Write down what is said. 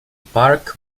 park